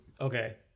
Okay